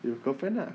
your girlfriend lah